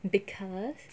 because